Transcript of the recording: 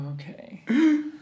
Okay